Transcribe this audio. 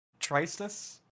Tristus